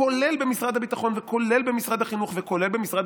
כולל במשרד הביטחון וכולל במשרד החינוך וכולל במשרד